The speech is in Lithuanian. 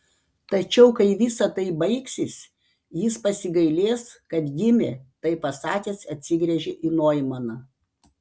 tačiau kai visa tai baigsis jis pasigailės kad gimė tai pasakęs atsigręžė į noimaną